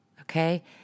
Okay